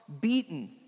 beaten